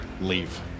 leave